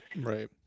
Right